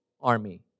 army